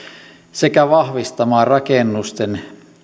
sekä vahvistamaan rakennusten